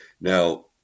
Now